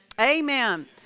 Amen